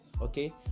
okay